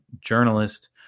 journalist